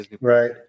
right